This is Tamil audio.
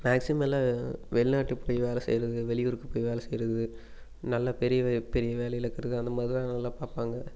மேக்சிமம் எல்லாம் வெளிநாட்டுக்கு போய் வேலை செய்கிறது வெளியூருக்கு போய் வேலை செய்கிறது நல்லா பெரிய வே பெரிய வேலையில் இருக்கிறது அந்த மாதிரிதான் வேலையெலாம் பார்ப்பாங்க